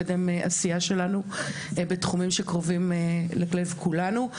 לקדם עשייה שלנו בתחומים שקרובים ללב כולנו.